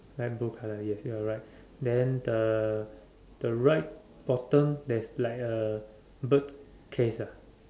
light blue colour yes you are right then the the right bottom there's like a bird case ah